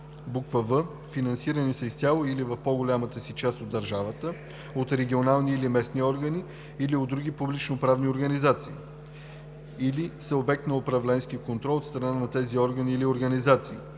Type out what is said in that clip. в) финансирани са изцяло или в по-голямата си част от държавата, от регионални или местни органи или от други публично-правни организации; или са обект на управленски контрол от страна на тези органи или организации;